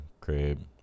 crib